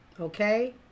Okay